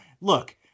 look